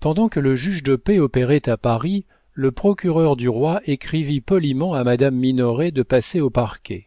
pendant que le juge de paix opérait à paris le procureur du roi écrivit poliment à madame minoret de passer au parquet